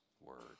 word